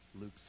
Luke